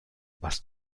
was